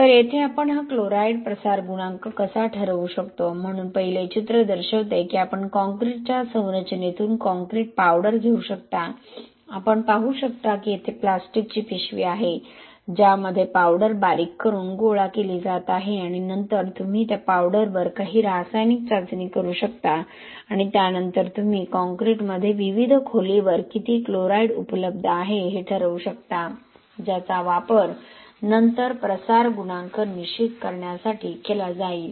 तर येथे आपण हा क्लोराईड प्रसार गुणांक कसा ठरवू शकतो म्हणून पहिले चित्र दर्शविते की आपण काँक्रीटच्या संरचनेतून काँक्रीट पावडर घेऊ शकता आपण पाहू शकता की येथे एक प्लास्टिकची पिशवी आहे ज्यामध्ये पावडर बारीक करून गोळा केली जात आहे आणि नंतर तुम्ही त्या पावडरवर काही रासायनिक चाचणी करू शकता आणि त्यानंतर तुम्ही कॉंक्रिटमध्ये विविध खोलीवर किती क्लोराईड उपलब्ध आहे हे ठरवू शकता ज्याचा वापर नंतर प्रसार गुणांक निश्चित करण्यासाठी केला जाईल